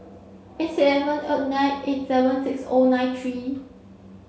eight seven O nine eight seven six O nine three